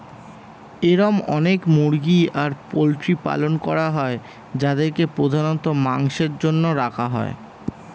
এরম অনেক মুরগি আর পোল্ট্রির পালন করা হয় যাদেরকে প্রধানত মাংসের জন্য রাখা হয়